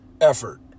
effort